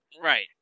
Right